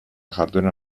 jarduera